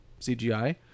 CGI